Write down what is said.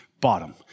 bottom